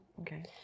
Okay